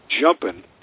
jumping